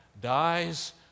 dies